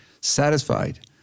satisfied